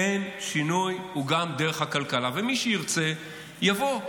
כן, שינוי הוא גם דרך הכלכלה, ומי שירצה, יבוא.